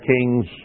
kings